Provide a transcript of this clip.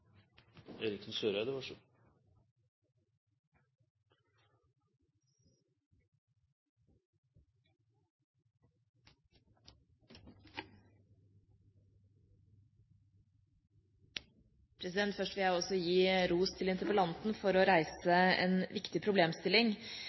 vil jeg gi ros til regjeringen for